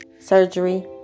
surgery